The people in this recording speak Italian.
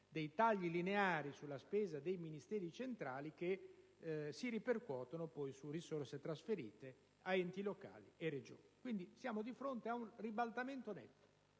dei tagli lineari sulla spesa dei Ministeri centrali che si ripercuotono poi su risorse trasferite ad enti locali e Regioni. Quindi, siamo di fronte ad un ribaltamento netto.